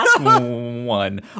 one